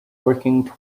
working